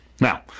Now